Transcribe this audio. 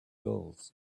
girls